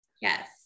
Yes